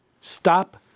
Stop